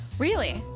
really?